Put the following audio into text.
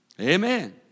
Amen